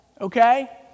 Okay